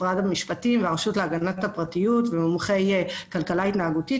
משרד המשפטים והרשות להגנת הפרטיות ומומחי כלכלה התנהגותית,